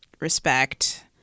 respect